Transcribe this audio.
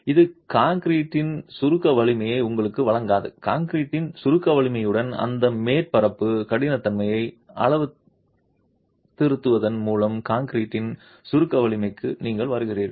இது கான்கிரீட்டின் சுருக்க வலிமையை உங்களுக்கு வழங்காது கான்கிரீட்டின் சுருக்க வலிமையுடன் அந்த மேற்பரப்பு கடினத்தன்மையை அளவுத்திருத்துவதன் மூலம் கான்கிரீட்டின் சுருக்க வலிமைக்கு நீங்கள் வருகிறீர்கள்